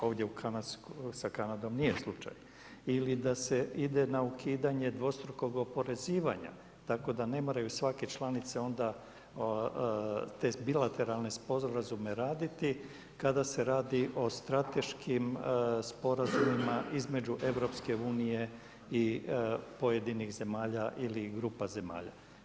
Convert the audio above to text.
Ovdje sa Kanadom nije slučaj ili da se ide na ukidanje dvostrukog oporezivanja tako da ne moraju svake članice onda te bilateralne sporazume raditi kada se radi o strateškim sporazumima između EU i pojedinih zemalja ili grupa zemalja.